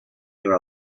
year